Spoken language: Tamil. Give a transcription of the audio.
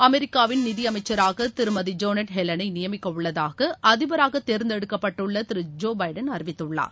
அமெரிக்காவின் நிதியமைச்சராக திருமதி ஜோனெட் ஹெலனை நியமிக்க உள்ளதாக அதிபராக தேர்ந்தெடுக்கப்பட்டுள்ள திரு ஜோ பைடன் அறிவித்துள்ளார்